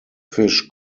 fish